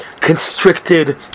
constricted